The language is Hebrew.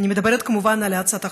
אני מדברת כמובן על הצעת החוק,